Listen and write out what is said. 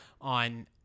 on